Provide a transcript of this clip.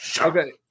Okay